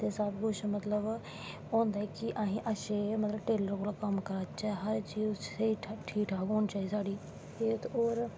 ते सब कुश मतलव होंदा ऐ कि मतलव असैं अच्छे टेल्लर कोला दा कम्म कराचै हर चीज़ अस कोला दा ठीक ठीक होनीं चाही दी साढ़ी ते होर